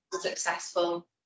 successful